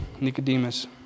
Nicodemus